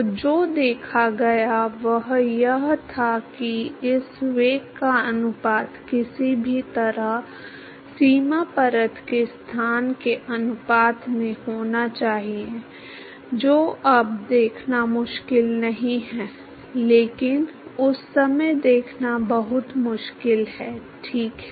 तो जो देखा गया वह यह था कि इस वेग का अनुपात किसी भी तरह सीमा परत के स्थान के अनुपात में होना चाहिए जो अब देखना मुश्किल नहीं है लेकिन उस समय देखना बहुत मुश्किल है ठीक है